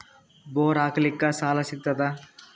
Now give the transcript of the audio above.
Bore ಹಾಕಲಿಕ್ಕ ಸಾಲ ಸಿಗತದ?